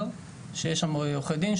שיש שם עורכי דין,